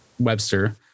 webster